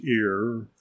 ear